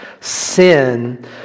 sin